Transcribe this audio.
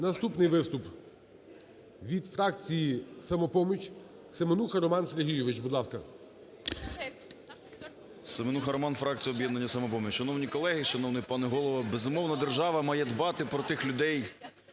Наступний виступ від фракції "Самопоміч". Семенуха Роман Сергійович, будь ласка. 10:54:32 СЕМЕНУХА Р.С. Семенуха Роман, фракція "Об'єднання "Самопоміч". Шановні колеги і шановний пане Голово! Безумовно. Держава має дбати про тих людей,